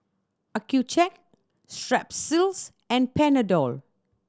Accucheck Strepsils and Panadol